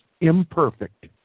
imperfect